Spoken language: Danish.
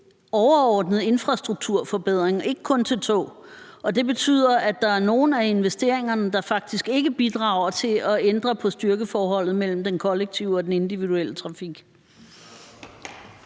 overordnet infrastrukturforbedring og ikke kun til tog, og det betyder, at der er nogle af investeringerne, der faktisk ikke bidrager til at ændre på styrkeforholdet mellem den kollektive og den individuelle trafik.